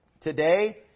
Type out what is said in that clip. today